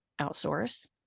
outsource